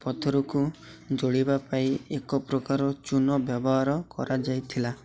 ପଥରକୁ ଯୋଡ଼ିବା ପାଇଁ ଏକ ପ୍ରକାର ଚୂନ ବ୍ୟବହାର କରାଯାଇଥିଲା